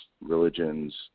religions